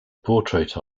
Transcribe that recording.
portrait